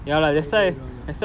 holiday drama